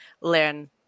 learn